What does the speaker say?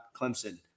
Clemson